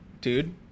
dude